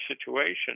situation